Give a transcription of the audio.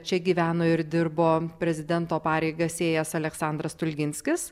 čia gyveno ir dirbo prezidento pareigas ėjęs aleksandras stulginskis